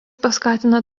paskatino